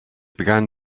began